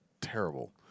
terrible